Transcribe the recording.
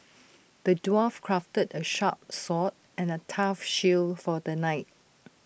the dwarf crafted A sharp sword and A tough shield for the knight